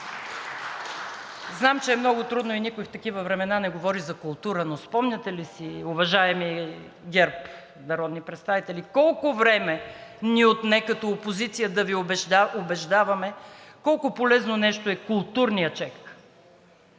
Знам, че е много трудно и никой в такива времена не говори за култура, но спомняте ли си, уважаеми народни представители от ГЕРБ колко време ни отне като опозиция да Ви убеждаваме колко полезно нещо е културният чек.